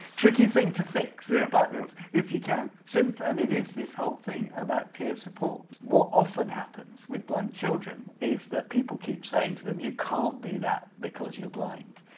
tricky thing to fix yeah but if you can. and it is this whole thing about peer support. what often happens with blind children is that people keep saying to them you can't do that because you're blind.